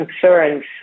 concerns